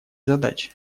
задачи